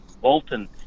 Bolton